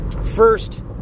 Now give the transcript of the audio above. First